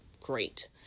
great